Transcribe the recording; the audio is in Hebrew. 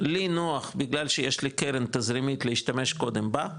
לי נוח בגלל שיש לי קרן תזרימית להשתמש קודם בה,